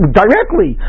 directly